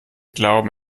glauben